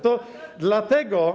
To dlatego.